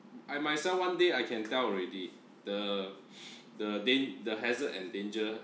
I myself one day I can tell already the the dane~ the hazard and danger